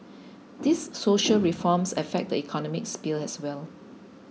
these social reforms affect the economic sphere as well